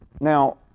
Now